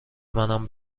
منم